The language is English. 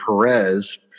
Perez